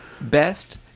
Best